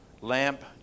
lamp